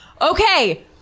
Okay